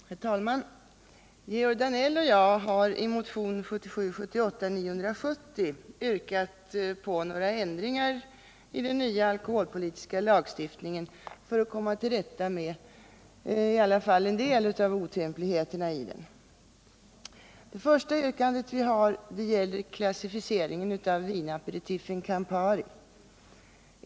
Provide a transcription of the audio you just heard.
Herr talman! Georg Danell och jag har i motionen 1977/78:970 yrkat på några ändringar i den nya alkoholpolitiska lagstiftningen för att komma till rätta med i varje fall en del av otympligheterna i den. Vårt första yrkande gäller klassificeringen av vinaperitifen Campari.